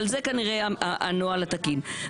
כנראה, זה הנוהל התקין.